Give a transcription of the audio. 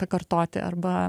pakartoti arba